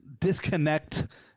disconnect